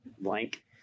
blank